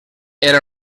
era